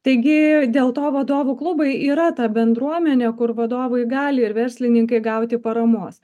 taigi dėlto vadovų klubai yra ta bendruomenė kur vadovai gali ir verslininkai gauti paramos